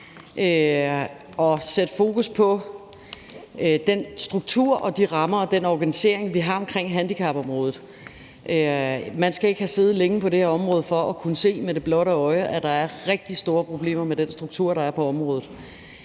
og sætte fokus på den struktur og de rammer og den organisering, vi har omkring handicapområdet. Man skal ikke have siddet længe på det område for at kunne se med det blotte øje, at der er rigtig store problemer med den struktur, der er på området.